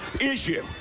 issue